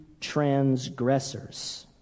transgressors